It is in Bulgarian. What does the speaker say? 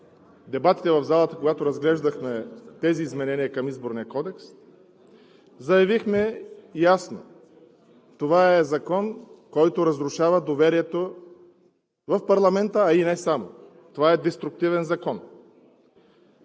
дебатите в залата, когато разглеждахме тези изменения към Изборния кодекс, ясно заявихме, че това е Закон, който разрушава доверието в парламента, а и не само, това е деструктивен закон.